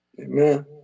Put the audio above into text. Amen